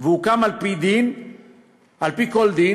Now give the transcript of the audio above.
והוקם על-פי כל דין,